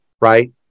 right